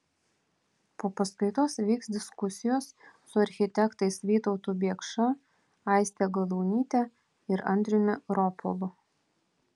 po paskaitos vyks diskusijos su architektais vytautu biekša aiste galaunyte ir andriumi ropolu